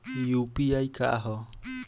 UPI का ह?